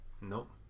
Nope